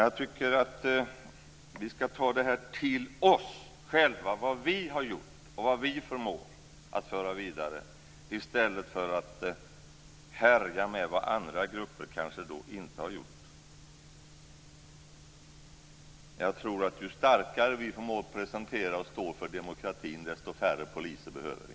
Jag tycker att vi ska ta till oss vad vi har gjort och vad vi förmår att föra vidare i stället för att härja om vad andra grupper kanske inte har gjort. Jag tror att ju starkare vi förmår presentera och stå för demokratin, desto färre poliser behöver vi.